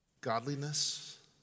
godliness